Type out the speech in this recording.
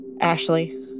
Ashley